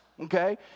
Okay